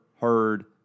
heard